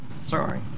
sorry